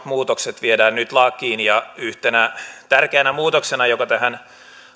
muutokset viedään nyt lakiin ja yhtenä tärkeänä muutoksena joka tähän